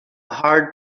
hard